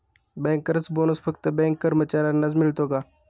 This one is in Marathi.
बँकर्स बोनस फक्त बँक कर्मचाऱ्यांनाच मिळतो का?